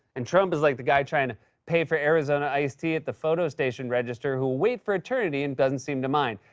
and trump is like the guy trying to pay for arizona iced tea at the photo station register who'll wait for eternity and doesn't seem to mind.